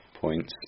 points